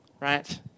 right